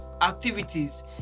activities